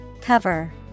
Cover